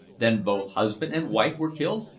then both husband and wife were killed?